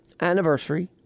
anniversary